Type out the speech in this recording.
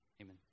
amen